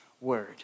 word